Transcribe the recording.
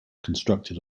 constructed